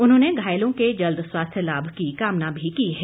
उन्होंने घायलों के जल्द स्वास्थ्य लाभ की कामना की है